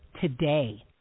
today